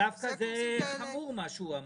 זה דווקא חמור, מה שהוא אמר.